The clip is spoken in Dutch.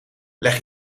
leg